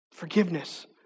Forgiveness